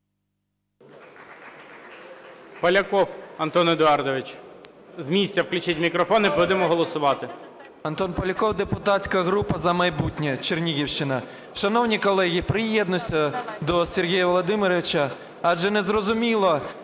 Поляков Антон Едуардович. З місця, включіть мікрофон. І будемо голосувати. 11:02:06 ПОЛЯКОВ А.Е. Антон Поляков, депутатська група "За майбутнє", Чернігівщина. Шановні колеги, приєднуюся до Сергія Володимировича, адже не зрозуміло,